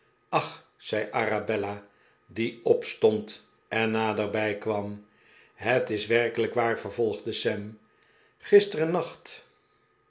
achl zei arabella die opstond en naderbij kwam het is werkelijk waar vervolgde sam gisterennacht